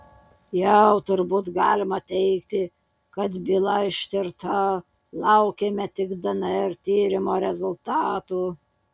jau turbūt galima teigti kad byla ištirta laukiame tik dnr tyrimo rezultatų